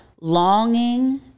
longing